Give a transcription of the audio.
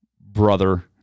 brother